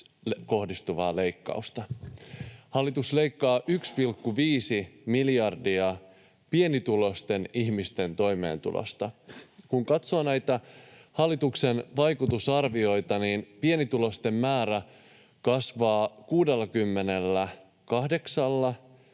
kohdistuvaa leikkausta. Hallitus leikkaa 1,5 miljardia pienituloisten ihmisten toimeentulosta. Kun katsoo näitä hallituksen vaikutusarvioita, niin pienituloisten määrä kasvaa 68